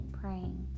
praying